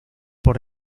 por